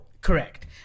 correct